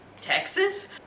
Texas